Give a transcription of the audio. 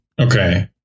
Okay